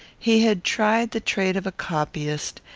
he had tried the trade of a copyist,